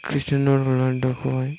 Cristiano Ronaldo खौहाय